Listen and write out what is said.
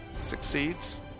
Succeeds